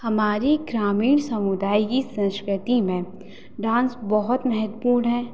हमारा ग्रामीण समुदाय की संस्कृति में डाँस बहुत महत्वपूर्ण है